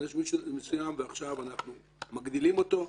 עונש מסוים ועכשיו מגדילים אותו?